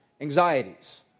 anxieties